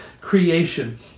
creation